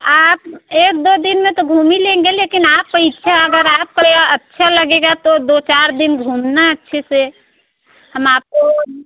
आप एक दो दिन में तो घूम ही लेंगे लेकिन आपकी इच्छा अगर आपको अच्छा लगता है तो दो चार दिन घूमना अच्छे से हम आपको